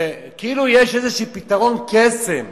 שכאילו יש איזה פתרון קסם.